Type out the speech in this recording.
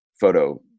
photo